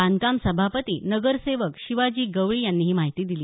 बांधकाम सभापती नगरसेवक शिवाजी गवळी यांनी ही माहिती दिली